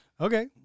Okay